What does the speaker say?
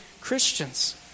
Christians